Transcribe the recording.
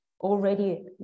already